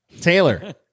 Taylor